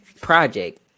project